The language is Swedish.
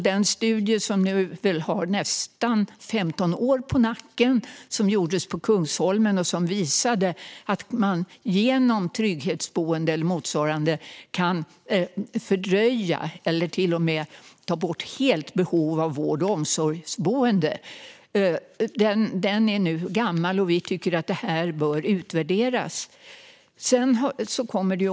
Den studie som gjordes på Kungsholmen och nu har nästan 15 år på nacken visade att man genom trygghetsboende eller motsvarande kan fördröja eller till och med helt ta bort behovet av vård och omsorgsboende. Men den studien är nu gammal, och vi tycker att det här bör utvärderas.